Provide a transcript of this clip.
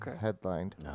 headlined